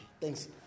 Thanks